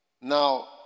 now